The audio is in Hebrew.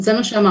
זה מה שאמרתי,